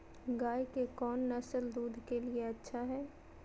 गाय के कौन नसल दूध के लिए अच्छा है?